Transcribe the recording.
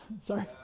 sorry